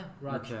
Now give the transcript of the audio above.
right